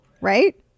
Right